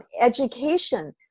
education